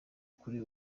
kuri